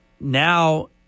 now